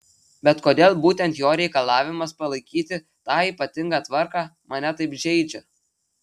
bet kodėl būtent jo reikalavimas palaikyti tą ypatingą tvarką mane taip žeidžia